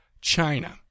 China